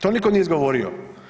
To nitko nije izgovorio.